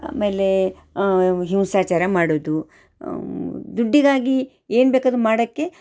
ಆಮೇಲೆ ಹಿಂಸಾಚಾರ ಮಾಡೋದು ದುಡ್ಡಿಗಾಗಿ ಏನು ಬೇಕಾದರೂ ಮಾಡೋಕೆ